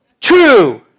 true